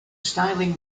styling